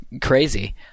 crazy